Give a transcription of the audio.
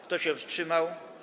Kto się wstrzymał?